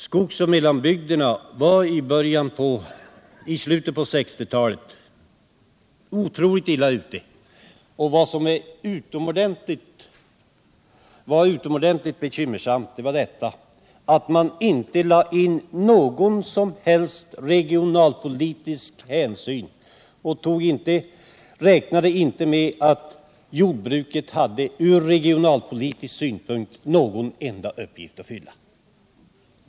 Skogsoch mellanbygderna var i slutet av 1960-talet otroligt illa ute. Det var utomordentligt bekymmersamt, och från ansvarigt håll räknades inte med att jordbruket hade någon som helst regionalpolitisk uppgift att fylla.